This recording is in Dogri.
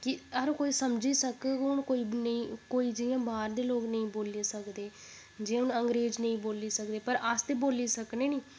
कि हर कोई समझी सकग हून कोई नेईं कोई जि'यां बाह्र दे लोक निं बोल्ली सकदे जि'यां हून अग्रेंज निं बोल्ली सकदे पर अस ते बोल्ली सकने निं